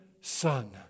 son